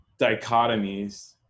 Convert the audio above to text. dichotomies